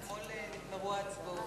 אתמול נגמרו ההצבעות.